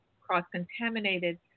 cross-contaminated